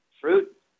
fruit